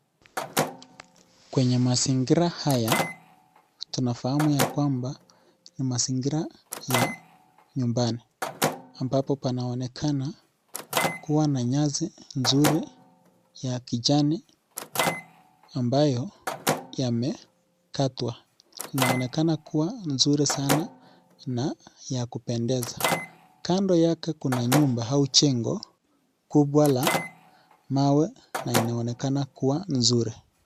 Kwenye mazingira haya tunafahamu ya kwamba ni mazingira ya nyumbani ambapo panaonekana kuwa na nyasi nzuri ya kijani ambayo yamekatwa , inaonekana kuwa nzuri sana na ya kupendeza ,kando yake kuna nyumba au jengo kubwa la mawe na inaonekana kuwa nzuri.